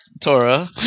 Torah